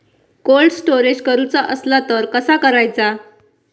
Cold storage करूचा असला तर कसा करायचा?